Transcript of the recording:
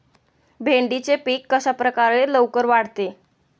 भेंडीचे पीक कशाप्रकारे लवकर वाढते?